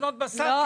לקנות בשר,